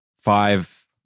five